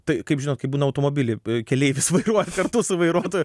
tai kaip žinot kai būna automobily keleivis važiuoja kartu su vairuotoju